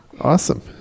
Awesome